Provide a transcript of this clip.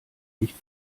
nicht